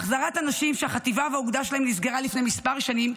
החזרת האנשים שהחטיבה והאוגדה שלהם נסגרה לפני כמה שנים,